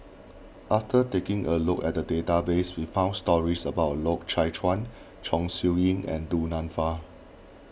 after taking a look at the database we found stories about Loy Chye Chuan Chong Siew Ying and Du Nanfa